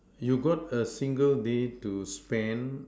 you got a single day to spend